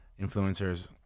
influencers